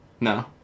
No